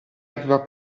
aveva